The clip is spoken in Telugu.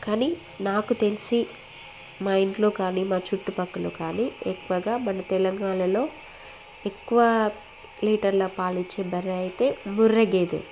కానీ నాకు తెలిసి మా ఇంట్లో కాని మా చుట్టుపక్కలో కాని ఎక్కువగా మన తెలంగాణలో ఎక్కువ లీటర్ల పాలిచ్చే బర్రె అయితే ముర్రె గేదె